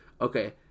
Okay